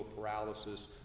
paralysis